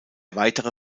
weitere